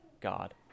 God